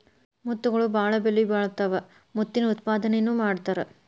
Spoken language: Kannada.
ಮುತ್ತುಗಳು ಬಾಳ ಬೆಲಿಬಾಳತಾವ ಮುತ್ತಿನ ಉತ್ಪಾದನೆನು ಮಾಡತಾರ